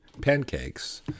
pancakes